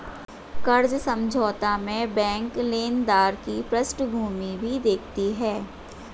कर्ज समझौता में बैंक लेनदार की पृष्ठभूमि भी देखती है